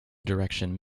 direction